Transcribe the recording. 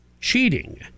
cheating